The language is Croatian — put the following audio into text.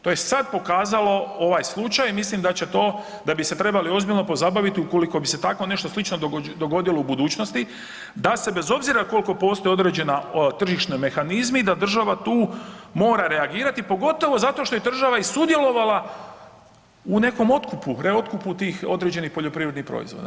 To je sada pokazao ovaj slučaj i mislim da bi se trebali ozbiljno pozabaviti ukoliko bi se tako nešto slično dogodilo u budućnosti, da se bez obzira koliko postoje određeni tržišni mehanizmi da država tu mora reagirati pogotovo zato što je država i sudjelovala u nekom otkupu, reotkupu tih određenih poljoprivrednih proizvoda.